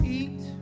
eat